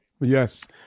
Yes